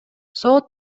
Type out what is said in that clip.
сот